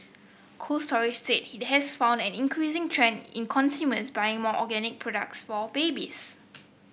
Cold Storage said it has found an increasing trend in consumers buying more organic products for babies